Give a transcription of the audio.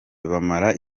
bamara